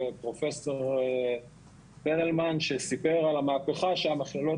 פרופסור פרלמן שסיפר על המהפכה שהמכללות